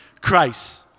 Christ